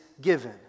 given